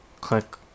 click